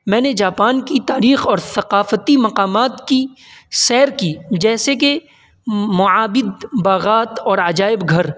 میں نے جاپان کی تاریخ اور ثقافتی مقامات کی سیر کی جیسے کہ معابد باغات اور عجائب گھر